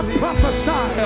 prophesy